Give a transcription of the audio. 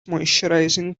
moisturising